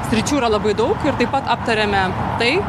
sričių yra labai daug ir taip pat aptarėme tai